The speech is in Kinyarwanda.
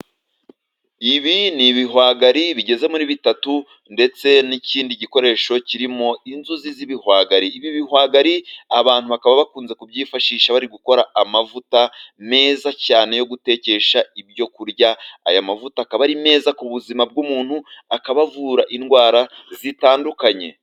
Ibi ni ibihwagari bigeze muri bitatu, ndetse n'ikindi gikoresho kirimo inzuzi z'ibihwagari. Ibi bihwagari abantu bakaba bakunze kubyifashisha, bari gukora amavuta meza cyane yo gutekesha ibyo kurya. Aya mavuta akaba ari meza ku buzima bw'umuntu, akaba avura indwara zitandukanye.